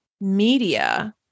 media